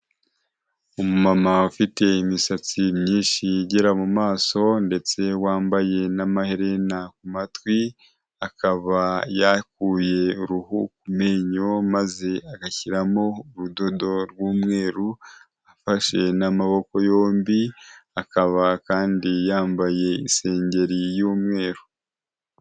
Umumama ufite imisatsi myinshi igera mu maso ndetse wambaye n'amaherena ku matwi, akaba yakuye uruhu ku menyo maze agashyiramo urudodo rw'umweru afashe n'amaboko yombi, akaba kandi yambaye isengeri y'umweru.